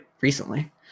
recently